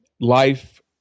life